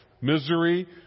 Misery